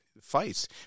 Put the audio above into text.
fights